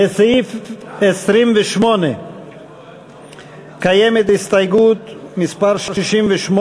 לסעיף 28 קיימת הסתייגות מס' 68,